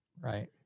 Right